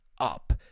up